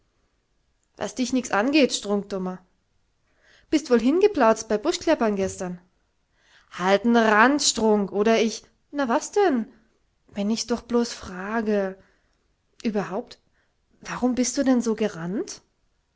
was dich nix angeht strunk dummer bist wohl hingeplautzt bei buschkleppern gestern halt'n rand strunk oder ich na was denn wenn ich doch blos frage überhaupt warum bist du denn so gerannt